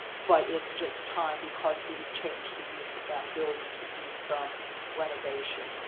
but it's just time because we've changed the use of that building to do some renovation.